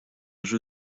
jeu